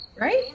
Right